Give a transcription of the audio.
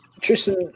Tristan